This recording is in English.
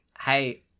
Hey